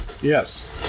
Yes